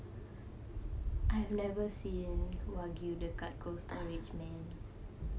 I've never seen wagyu dekat cold storage man